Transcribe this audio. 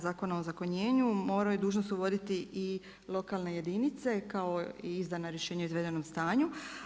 Zakona o ozakonjenju moraju dužnost uvoditi i lokalne jedinice kao i izdana rješenja o izvedenom stanju.